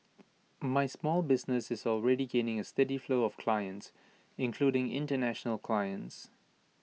my small business is already gaining A steady flow of clients including International clients